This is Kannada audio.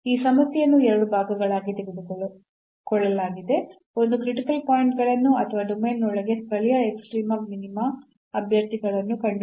ಈ ಸಮಸ್ಯೆಯನ್ನು ಎರಡು ಭಾಗಗಳಾಗಿ ತೆಗೆದುಕೊಳ್ಳಲಾಗಿದೆ ಒಂದು ಕ್ರಿಟಿಕಲ್ ಪಾಯಿಂಟ್ ಗಳನ್ನು ಅಥವಾ ಡೊಮೇನ್ನೊಳಗೆ ಸ್ಥಳೀಯ ಎಕ್ಸ್ಟ್ರೀಮ ಮಿನಿಮಾ ಅಭ್ಯರ್ಥಿಗಳನ್ನು ಕಂಡುಹಿಡಿಯುವುದು